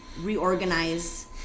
reorganize